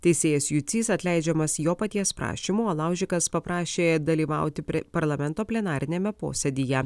teisėjas jucys atleidžiamas jo paties prašymu o laužikas paprašė dalyvauti prie parlamento plenariniame posėdyje